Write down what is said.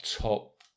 top